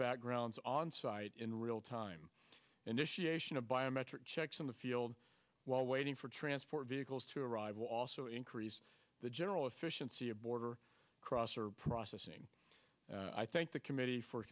backgrounds on site in real time initiation of biometric checks in the field while waiting for transport vehicles to arrive also increase the general efficiency of border crosser processing i think the committee for